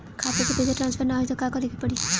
खाता से पैसा ट्रासर्फर न होई त का करे के पड़ी?